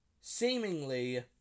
seemingly